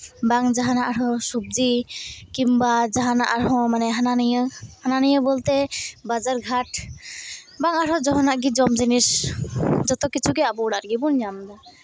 ᱵᱟᱝ ᱡᱟᱦᱟᱱᱟᱜ ᱟᱨᱚ ᱥᱚᱵᱡᱤ ᱠᱤᱢᱵᱟ ᱡᱟᱦᱟᱱᱟᱜ ᱟᱨᱦᱚᱸ ᱦᱟᱱᱟ ᱱᱤᱭᱟᱹ ᱦᱟᱱᱟ ᱱᱤᱭᱟᱹ ᱵᱚᱞᱛᱮ ᱵᱟᱡᱟᱨ ᱦᱟᱴ ᱵᱟᱝ ᱟᱨᱦᱚᱸ ᱡᱟᱦᱟᱱᱟᱜ ᱜᱮ ᱡᱚᱢ ᱡᱤᱱᱤᱥ ᱡᱚᱛᱚ ᱠᱤᱪᱷᱩ ᱜᱮ ᱟᱵᱚ ᱚᱲᱟᱜ ᱨᱮᱜᱮ ᱵᱚᱱ ᱧᱟᱢᱫᱟ